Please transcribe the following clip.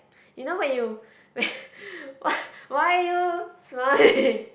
you know when you when why why you smiling